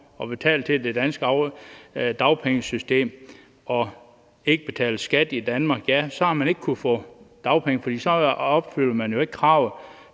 har betalt til det danske dagpengesystem og ikke har betalt skat i Danmark, ja, så har vedkommende ikke kunnet få dagpenge, for så har man ikke opfyldt